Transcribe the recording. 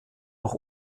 noch